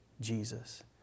Jesus